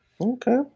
Okay